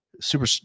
super